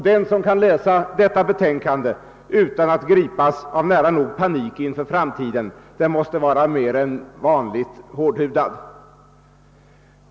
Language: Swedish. Den som kan läsa detta betänkande utan att gripas av nära nog panik inför framtiden måste vara mer än vanligt hårdhudad.